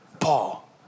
Paul